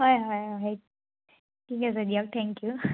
হয় হয় হইত ঠিক আছে দিয়ক থেংক ইউ